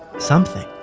something.